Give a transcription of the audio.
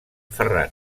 ferran